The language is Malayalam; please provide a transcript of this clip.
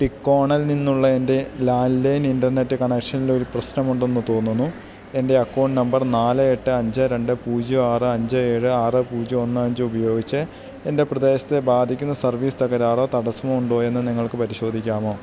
ടികോണൽ നിന്നുള്ള എൻ്റെ ലാൻഡ്ലൈൻ ഇൻ്റർനെറ്റ് കണക്ഷനിലൊരു പ്രശ്നമുണ്ടെന്ന് തോന്നുന്നു എൻ്റെ അക്കൗണ്ട് നമ്പർ നാല് എട്ട് അഞ്ച് രണ്ട് പൂജ്യം ആറ് അഞ്ച് ഏഴ് ആറ് പൂജ്യം ഒന്ന് അഞ്ച് ഉപയോഗിച്ച് എൻ്റെ പ്രദേശത്തെ ബാധിക്കുന്ന സർവീസ് തകരാറോ തടസ്സമോ ഉണ്ടോയെന്ന് നിങ്ങൾക്ക് പരിശോധിക്കാമോ